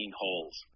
holes